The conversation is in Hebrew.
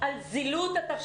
יש זילות של התפקיד.